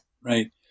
Right